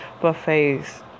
buffets